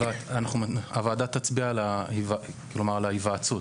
הוועדה תצביע על ההיוועצות,